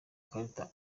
ikarita